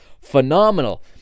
phenomenal